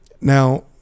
Now